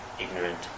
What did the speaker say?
ignorant